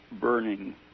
burning